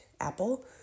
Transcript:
Apple